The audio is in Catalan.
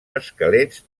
esquelets